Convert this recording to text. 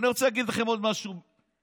אני רוצה להגיד לכם עוד משהו לסיכום.